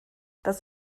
das